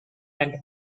and